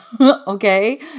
okay